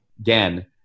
again